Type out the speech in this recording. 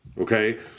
Okay